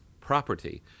property